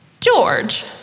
George